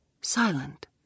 silent